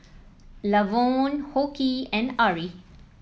Lavonne Hoke and Ari